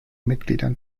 mitgliedern